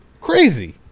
Crazy